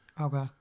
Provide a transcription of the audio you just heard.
Okay